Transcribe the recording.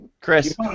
Chris